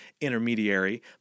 intermediary